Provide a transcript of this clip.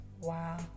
wow